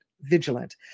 vigilant